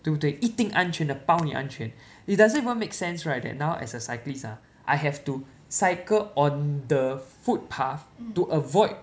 对不对一定安全的包你安全 it doesn't even make sense right that now as a cyclist ah I have to cycle on the footpath to avoid